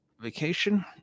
vacation